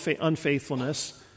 unfaithfulness